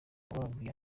bambwiye